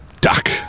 duck